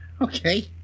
Okay